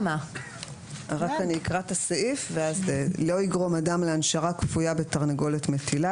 לא יגרום אדם להנשרה כפויה בתרנגולת מטילה.